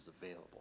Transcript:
available